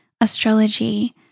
astrology